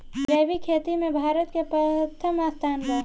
जैविक खेती में भारत के प्रथम स्थान बा